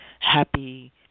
Happy